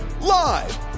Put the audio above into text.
live